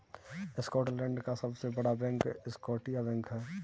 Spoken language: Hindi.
स्कॉटलैंड का सबसे बड़ा बैंक स्कॉटिया बैंक है